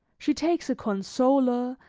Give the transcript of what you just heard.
she takes a consoler,